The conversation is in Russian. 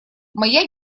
моя